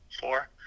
four